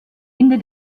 ende